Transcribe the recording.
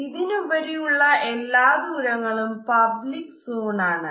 ഇതിനുപരി ഉള്ള എല്ലാ ദൂരങ്ങളും പബ്ലിക് സോൺ ആണ്